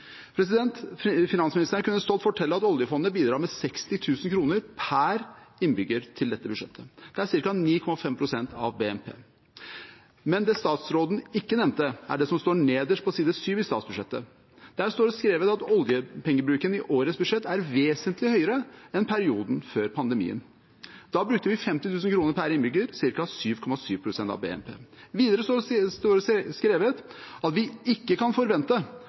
Finansministeren kunne stolt fortelle at oljefondet bidrar med 60 000 kr per innbygger til dette budsjettet. Det er ca. 9,5 pst. av BNP. Men det statsråden ikke nevnte, er det som står nederst på side syv i statsbudsjettet. Der står det skrevet at oljepengebruken i årets budsjett er vesentlig høyere enn i perioden før pandemien. Da brukte vi 50 000 kr per innbygger, ca. 7,7 pst. av BNP. Videre står det skrevet at vi ikke kan forvente